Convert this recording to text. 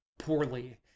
poorly